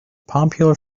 popular